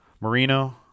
Marino